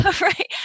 right